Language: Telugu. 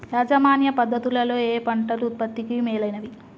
యాజమాన్య పద్ధతు లలో ఏయే పంటలు ఉత్పత్తికి మేలైనవి?